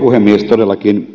todellakin